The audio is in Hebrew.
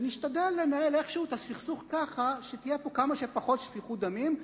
ונשתדל לנהל איכשהו את הסכסוך ככה שתהיה פה כמה שפחות שפיכות דמים,